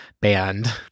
band